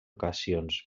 ocasions